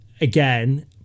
again